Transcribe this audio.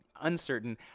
uncertain